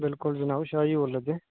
बिल्कुल जनाब शाह् जी बोल्ला दे